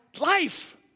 Life